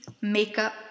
makeup